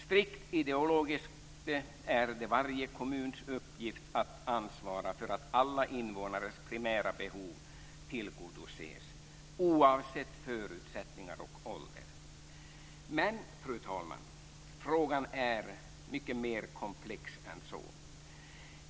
Strikt ideologiskt är det varje kommuns uppgift att ansvara för att alla invånares primära behov tillgodoses, oavsett förutsättningar och ålder. Men, fru talman, frågan är mycket mer komplex än så.